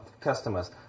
customers